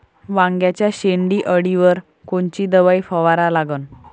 वांग्याच्या शेंडी अळीवर कोनची दवाई फवारा लागन?